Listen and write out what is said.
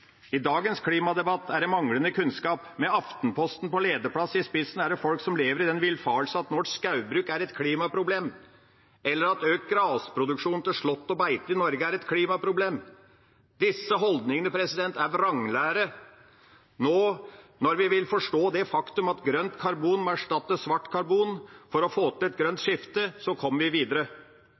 I dagens klimadebatt er det manglende kunnskap. Med Aftenposten på lederplass i spissen er det folk som lever i den villfarelsen at norsk skogbruk er et klimaproblem, eller at økt grasproduksjon til slått og beite i Norge er et klimaproblem. Disse holdningene er vranglære. Nå, når vi vil forstå det faktum at grønt karbon må erstatte svart karbon for å få til et grønt skifte, kommer vi videre.